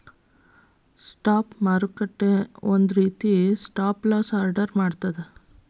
stop ಮಾರುಕಟ್ಟೆ ಒಂದ ರೇತಿ ಸ್ಟಾಪ್ ಲಾಸ್ ಆರ್ಡರ್ ಮಾಡ್ತದ